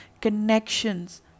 connections